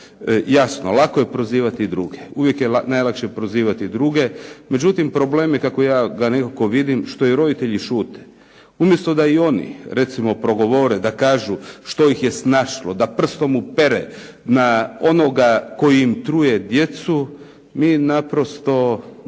Jasno lako je prozivati druge. Uvijek je najlakše prozivati druge. Međutim problem je kako ja nekako vidim što i roditelji šute. Umjesto da i oni recimo progovore, da kažu što ih je snašlo, da prstom upire na onoga tko im truje djecu, mi naprosto,